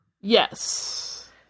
Yes